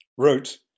wrote